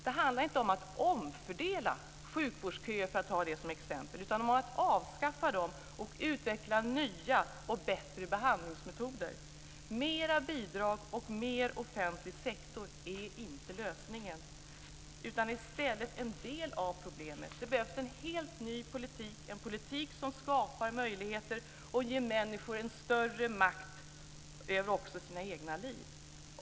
Det handlar inte om att omfördela sjukvårdsköer, för att ta ett exempel, utan det handlar om att avskaffa dem och utveckla nya och bättre behandlingsmetoder. Mer bidrag och mer offentlig sektor är inte lösningen utan i stället en del av problemet. Det behövs en helt ny politik - en politik som skapar möjligheter och som ger människor större makt också över sina egna liv.